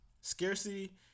scarcity